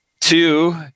Two